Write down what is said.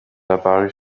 apparus